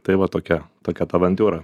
tai va tokia tokia ta avantiūra